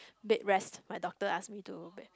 bed rest my doctor ask me to